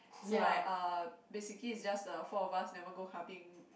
so like uh basically just the four of us never go clubbing